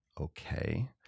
Okay